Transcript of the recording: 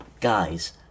Guys